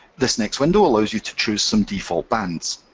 this next window allows you to choose some default bands.